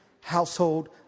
household